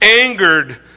angered